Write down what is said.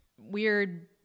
weird